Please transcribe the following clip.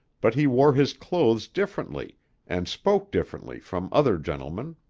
but he wore his clothes differently and spoke differently from other gentlemen.